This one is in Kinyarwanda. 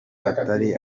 atari